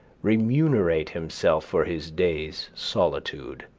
remunerate himself for his day's solitude